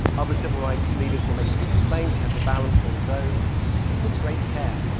other civil rights leaders were making different claims. he had to balance hold of those. so he took great care.